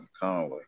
Conway